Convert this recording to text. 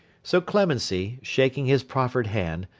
so clemency, shaking his proffered hand,